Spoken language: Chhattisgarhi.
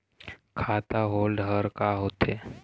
खाता होल्ड हर का होथे?